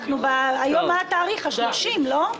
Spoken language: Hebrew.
היום אנחנו ב-30 בחודש, לא?